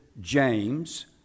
James